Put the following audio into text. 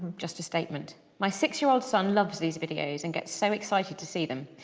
just a statement. my six year old son loves these videos and gets so excited to see them.